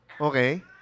okay